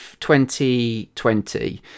2020